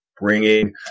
bringing